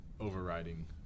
overriding